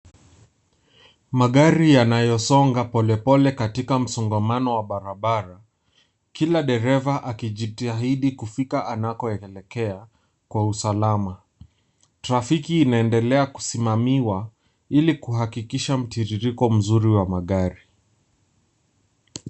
Magari yanayosonga pole pole katika msongamano wa barabara. Kila dereva akijitahidi kufika anakoelekea kwa usalama, trafiki inaendelea kusimamiwa ili kuhakikisha mtiririrko mzuri wa magari.